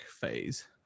phase